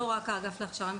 לא רק האגף להכשרה מקצועית,